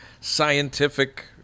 scientific